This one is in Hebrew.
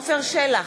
עפר שלח,